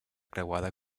creuada